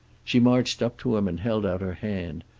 she marched up to him and held out her hand,